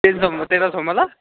तिन सौमा तेह्र सौमा ल